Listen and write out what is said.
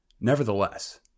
nevertheless